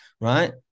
right